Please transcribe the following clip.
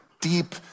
deep